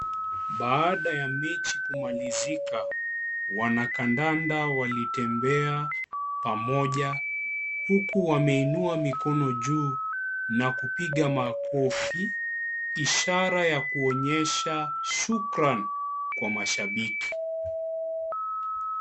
Baada ya mechi kumalizika Wanakandanda walitembea pamoja huku wameinua mikono juu na kupiga makofi ishara ya kuonyesha shukran kwa mashabiki